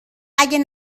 اگه